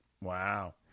wow